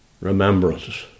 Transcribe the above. remembrance